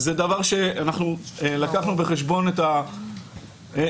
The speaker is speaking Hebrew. זה דבר שלקחנו בחשבון את ההשלכות.